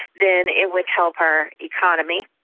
then it would help our economy.